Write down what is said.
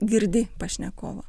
girdi pašnekovą